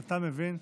אתה מבין?